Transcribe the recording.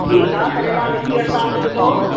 ठीकु आहे करेला लिखी वरिता अधि किलो